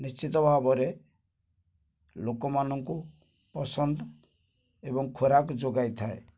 ନିଶ୍ଚିତ ଭାବରେ ଲୋକମାନଙ୍କୁ ପସନ୍ଦ ଏବଂ ଖୋରାକ୍ ଯୋଗାଇଥାଏ